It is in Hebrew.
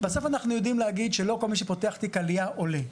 בסוף אנחנו יודעים להגיד שלא כל מי שפותח תיק עלייה עולה.